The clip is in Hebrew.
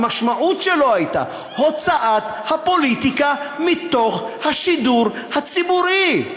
המשמעות שלו הייתה הוצאת הפוליטיקה מתוך השידור הציבורי,